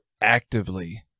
actively